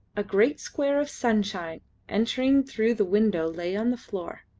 a great square of sunshine entering through the window lay on the floor.